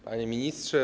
Panie Ministrze!